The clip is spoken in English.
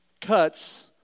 cuts